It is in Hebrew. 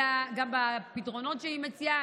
אלא גם בפתרונות שהיא מציעה.